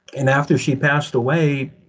and after she passed away,